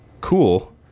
cool